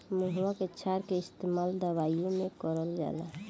महुवा के क्षार के इस्तेमाल दवाईओ मे करल जाला